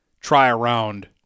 try-around